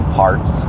parts